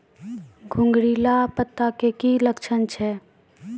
घुंगरीला पत्ता के की लक्छण छै?